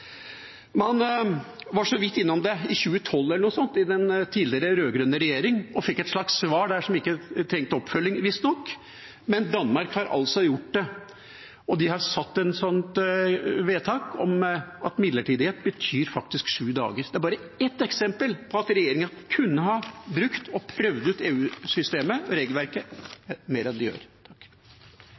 noe sånt, i den tidligere rød-grønne regjeringa, og fikk et slags svar der som ikke trengte oppfølging, visstnok. Men Danmark har gjort det, og de har fattet et vedtak om at midlertidighet betyr sju dager. Det er bare ett eksempel på at regjeringa kunne ha brukt og prøvd ut EU-systemet, regelverket, mer enn de gjør.